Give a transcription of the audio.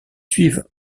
suivent